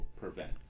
prevent